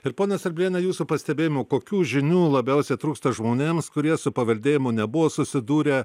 ir ponia surbliene jūsų pastebėjimu kokių žinių labiausiai trūksta žmonėms kurie su paveldėjimu nebuvo susidūrę